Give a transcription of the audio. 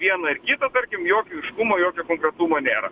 viena ir kita tarkim jokio aiškumo jokio konkretumo nėra